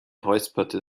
räusperte